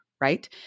right